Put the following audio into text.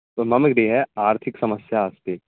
मम गृहे आर्थिकसमस्या अस्ति